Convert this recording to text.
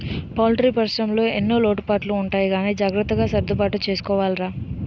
poultry పరిశ్రమలో ఎన్నో లోటుపాట్లు ఉంటాయి గానీ జాగ్రత్తగా సర్దుబాటు చేసుకోవాలిరా